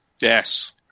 Yes